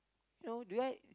you know do I